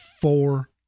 four